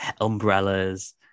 umbrellas